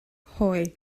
hoe